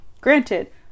granted